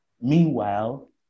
Meanwhile